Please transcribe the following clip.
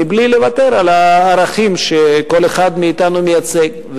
מבלי לוותר על הערכים שכל אחד מאתנו מייצג.